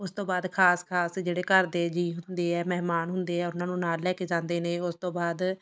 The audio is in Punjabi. ਉਸ ਤੋਂ ਬਾਅਦ ਖਾਸ ਖਾਸ ਜਿਹੜੇ ਘਰ ਦੇ ਜੀ ਹੁੰਦੇ ਹੈ ਮਹਿਮਾਨ ਹੁੰਦੇ ਹੈ ਉਹਨਾਂ ਨੂੰ ਨਾਲ ਲੈ ਕੇ ਜਾਂਦੇ ਨੇ ਉਸ ਤੋਂ ਬਾਅਦ